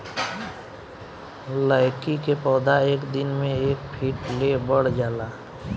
लैकी के पौधा एक दिन मे एक फिट ले बढ़ जाला